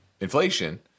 inflation